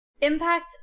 Impact